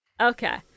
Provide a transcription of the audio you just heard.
okay